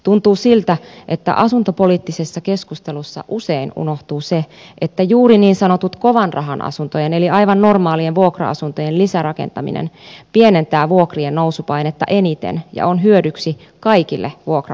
tuntuu siltä että asuntopoliittisessa keskustelussa usein unohtuu se että juuri niin sanottujen kovan rahan asuntojen eli aivan normaalien vuokra asuntojen lisärakentaminen pienentää vuokrien nousupainetta eniten ja on hyödyksi kaikille vuokra asujille